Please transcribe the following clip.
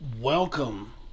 Welcome